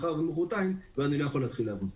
מחר ומחרתיים ואני לא יכול להתחיל לעבוד.